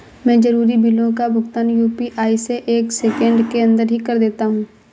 मैं जरूरी बिलों का भुगतान यू.पी.आई से एक सेकेंड के अंदर ही कर देता हूं